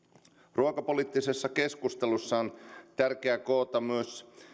ruokapoliittisessa keskustelussa on tärkeää koota myös